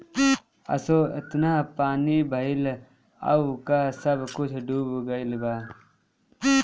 असो एतना पानी भइल हअ की सब कुछ डूब गईल बा